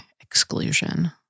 exclusion